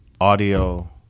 Audio